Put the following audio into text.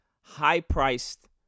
high-priced